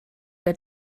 der